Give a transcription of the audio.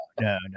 no